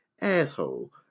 asshole